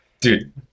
dude